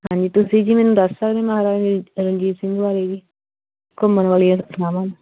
ਹਾਂਜੀ ਤੁਸੀਂ ਜੀ ਮੈਨੂੰ ਦੱਸ ਸਕਦੇ ਮਹਾਰਾਜ ਰਣਜੀਤ ਸਿੰਘ ਬਾਰੇ ਜੀ ਘੁੰਮਣ ਵਾਲੀਆਂ ਥਾਵਾਂ